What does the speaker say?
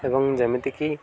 ଏବଂ ଯେମିତିକି